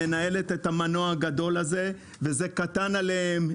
שמנהלת את המנוע הגדול הזה, וזה קטן עליהם.